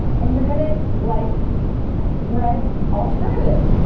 and you're gonna like bread alternatives.